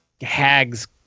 hag's